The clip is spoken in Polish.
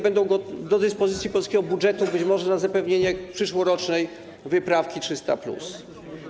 Będą one do dyspozycji polskiego budżetu, być może na zapewnienie przyszłorocznej wyprawki 300+.